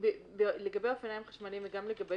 גם- -- לגבי אופניים חשמליים וגם לגבי